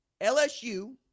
lsu